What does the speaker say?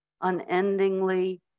unendingly